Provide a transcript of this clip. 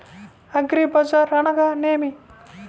అగ్రిబజార్ అనగా నేమి?